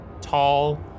tall